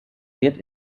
wird